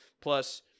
plus